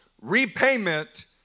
repayment